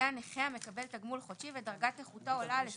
לעניין נכה המקבל תגמול חודשי ודרגת נכותו עולה על 20%,